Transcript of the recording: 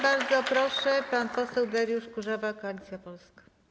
Bardzo proszę, pan poseł Dariusz Kurzawa, Koalicja Polska.